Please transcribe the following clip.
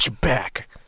back